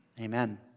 Amen